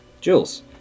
Jules